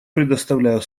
предоставляю